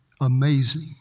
Amazing